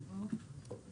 בבקשה.